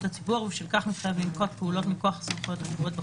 הציבור ובשל כך מתחייב לנקוט פעולות מכוח הסמכויות הקבועות בחוק,